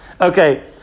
Okay